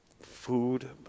food